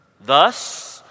Thus